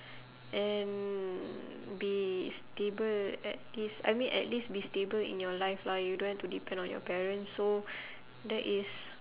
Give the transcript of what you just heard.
and be stable at least I mean at least be stable in your life lah you don't have to depend on your parents so that is